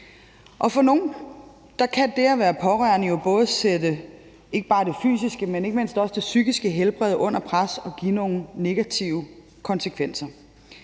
For nogle kan det at være pårørende sætte ikke bare det fysiske, men også det psykiske helbred under pres og have nogle negative konsekvenser.